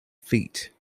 feet